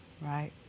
Right